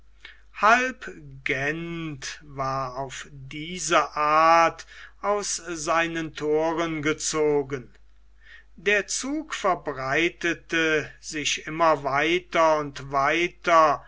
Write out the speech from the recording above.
halb gent war auf diese art aus seinen thoren gezogen der zug verbreitete sich immer weiter und weiter